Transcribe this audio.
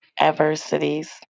adversities